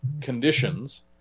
conditions